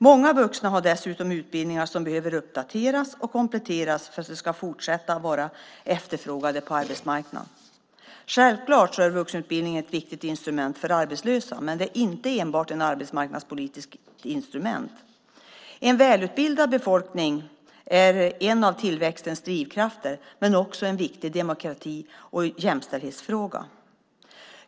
Många vuxna har dessutom utbildningar som behöver uppdateras och kompletteras för att de ska fortsätta att vara efterfrågade på arbetsmarknaden. Självklart är vuxenutbildning ett viktigt instrument för arbetslösa, men det är inte enbart ett arbetsmarknadspolitiskt instrument. En välutbildad befolkning är en av tillväxtens drivkrafter, men det är också en viktig demokrati och jämställdhetsfråga.